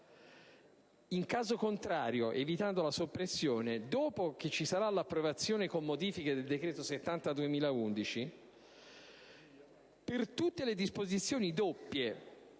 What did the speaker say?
In caso contrario, evitando la soppressione, dopo che ci sarà l'approvazione con modifiche del decreto-legge n. 70 del 2011, per tutte le disposizioni doppie